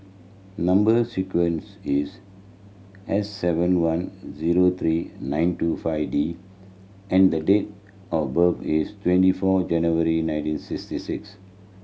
number sequence is S seven one zero three nine two five D and the date of birth is twenty four January nineteen sixty six